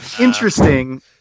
Interesting